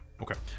Okay